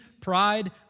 pride